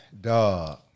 Dog